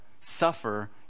suffer